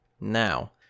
now